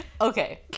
Okay